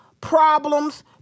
problems